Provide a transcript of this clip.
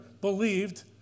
believed